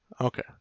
okay